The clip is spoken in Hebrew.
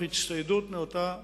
לצורך הצטיידות נאותה במים.